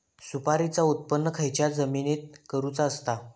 सुपारीचा उत्त्पन खयच्या जमिनीत करूचा असता?